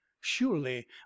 Surely